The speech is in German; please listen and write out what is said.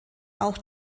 auch